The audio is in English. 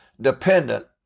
dependent